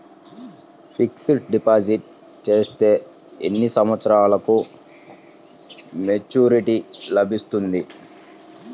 Fixed deposit చేస్తే ఎన్ని సంవత్సరంకు మెచూరిటీ లభిస్తుంది?